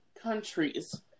Countries